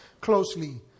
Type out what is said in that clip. closely